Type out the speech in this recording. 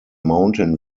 mountain